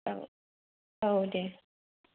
औ औ दे